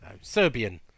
Serbian